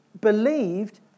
believed